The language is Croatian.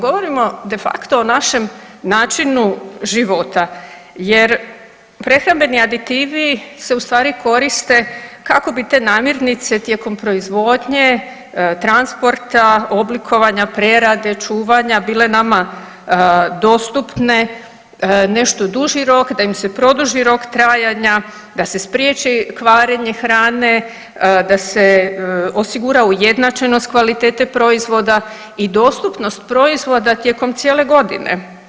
Govorimo de facto o našem načinu života jer prehrambeni aditivi se ustvari koriste kako bi te namirnice tijekom proizvodnje, transporta, oblikovanje, prerade, čuvanja, bile nama dostupne nešto duži rok, da im se produži rok trajanja, da se spriječi kvarenje hrane, da se osigura ujednačenost kvalitete proizvoda i dostupnost proizvoda tijekom cijele godine.